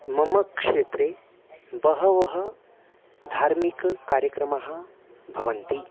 मम क्षेत्रे बहवः धार्मिककार्यक्रमाः भवन्ति